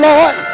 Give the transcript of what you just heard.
Lord